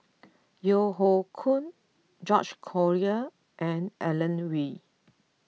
Yeo Hoe Koon George Collyer and Alan Oei